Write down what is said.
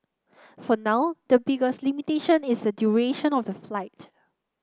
for now the biggest limitation is the duration of the flight